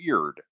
Weird